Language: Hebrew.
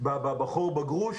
בחוֹר בגרוש,